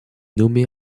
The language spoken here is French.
nommé